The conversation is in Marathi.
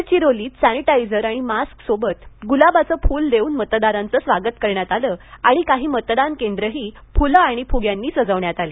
गडचिरोलीत सॅनिटायजर आणि मास्कसोबत गुलाबाचं फूल देऊन मतदारांचं स्वागत करण्यात आलं आणि काही मतदान केंद्रंही फुलं आणि फुग्यांनी सजवण्यात आली